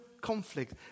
conflict